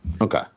Okay